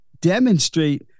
demonstrate